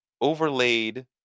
overlaid